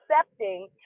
accepting